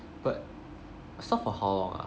but stop for how long ah